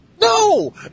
no